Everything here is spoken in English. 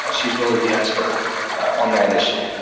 ah she's really the expert on that issue.